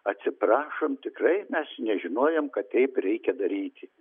atsiprašom tikrai mes nežinojom kad taip reikia daryti